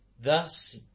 thus